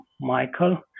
michael